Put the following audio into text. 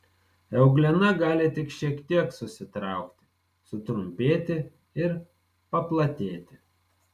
euglena gali tik šiek tiek susitraukti sutrumpėti ir paplatėti